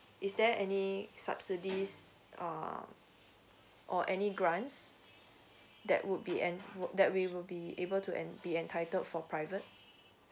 is there any subsidies uh or any grants that would be en~ that we will be able to en~ be entitled for private